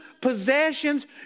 possessions